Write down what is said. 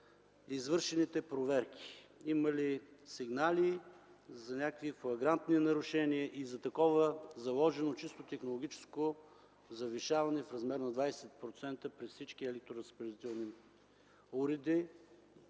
извършените проверки? Има ли сигнали за някакви флагрантни нарушения и за такова заложено чисто технологическо завишаване в размер на 20% при всички електроразпределителни уреди,